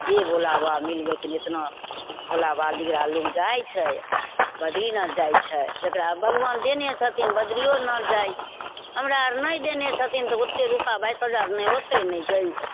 जे भोलाबाबा मिलि गेलखुन एतना भोलाबाबा लिगाँ लोक जाए छै बदरीनाथ जाए छै जकरा भगवान देने छथिन बदरिओनाथ जाइ छै हमरा आओर नहि देने छथिन तऽ ओतेक रुपा बाइस हजार नहि होतै नहि जएबै